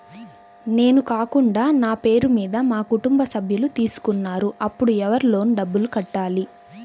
నేను కాకుండా నా పేరు మీద మా కుటుంబ సభ్యులు తీసుకున్నారు అప్పుడు ఎవరు లోన్ డబ్బులు కట్టాలి?